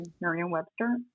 Merriam-Webster